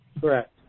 Correct